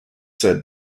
said